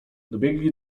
dobiegli